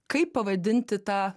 kaip pavadinti tą